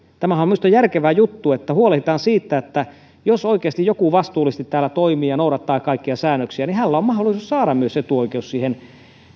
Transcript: tämähän on minusta järkevä juttu että huolehditaan siitä että jos oikeasti joku vastuullisesti täällä toimii ja noudattaa kaikkia säännöksiä niin hänellä on myös mahdollisuus saada etuoikeus siihen